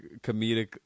comedic